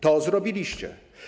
To zrobiliście.